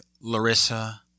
Larissa